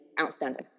outstanding